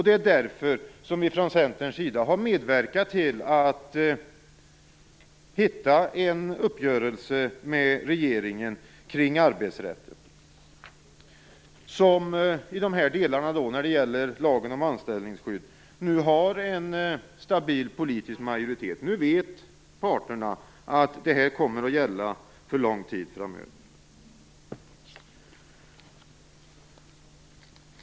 Det är därför vi från Centerns sida har medverkat till att hitta en uppgörelse med regeringen kring arbetsrätten. I dessa delar, när det gäller lagen om anställningsskydd, har vi nu en stabil politisk majoritet. Nu vet parterna att det här kommer att gälla för lång tid framöver.